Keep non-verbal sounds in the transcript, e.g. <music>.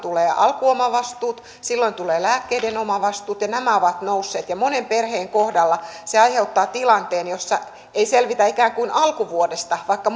tulevat alkuomavastuut silloin tulevat lääkkeiden omavastuut ja nämä ovat nousseet monen perheen kohdalla se aiheuttaa tilanteen jossa ei selvitä ikään kuin alkuvuodesta vaikka <unintelligible>